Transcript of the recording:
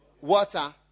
water